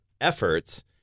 efforts